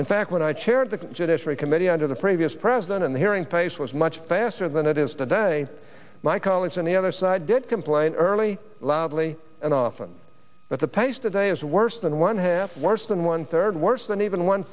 in fact when i chaired the judiciary committee under the previous president and hearing pace was much faster than it is today my colleagues on the other side did complain early loudly and often that the pace today is worse than one half worse than third worse than even one